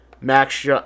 Max